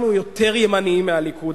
אנחנו יותר ימנים מהליכוד,